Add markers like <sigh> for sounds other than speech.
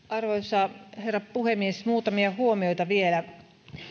<unintelligible> arvoisa herra puhemies muutamia huomioita vielä